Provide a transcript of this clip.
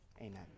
Amen